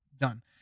done